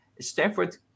Stanford